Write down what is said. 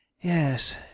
Yes